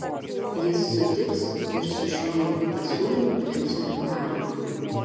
jis sutiks ir su šiuo nauju pasiūlymu princui hariui